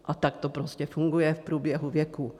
A tak to prostě funguje v průběhu věků.